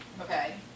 Okay